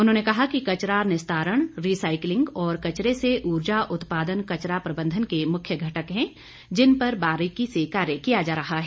उन्होंने कहा कि कचरा निस्तारण रिसाईकलिंग और कचरे से ऊर्जा उत्पादन कचरा प्रबंधन के मुख्य घटक हैं जिन पर बारिकी से कार्य किया जा रहा है